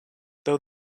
though